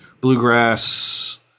bluegrass